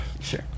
Sure